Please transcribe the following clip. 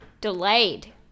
delayed